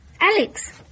Alex